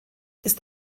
ist